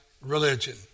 religion